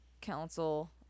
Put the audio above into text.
council